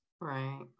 right